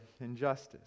injustice